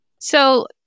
So-